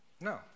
No